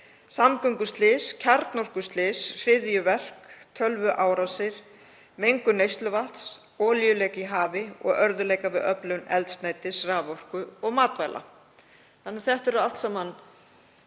samgönguslys, kjarnorkuslys, hryðjuverk, tölvuárásir, mengun neysluvatns, olíuleka í hafi og örðugleika við öflun eldsneytis, raforku og matvæla. Þetta eru allt saman